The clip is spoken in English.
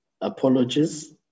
apologies